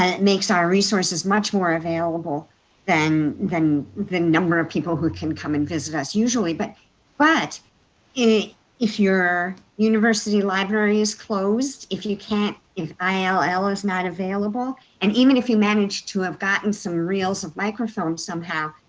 ah makes our resources much more available than than the number of people who can come and visit us usually, but but if your university library is closed, if you can't, if ill ill is not available, and even if you manage to have gotten some reels of micro film somehow,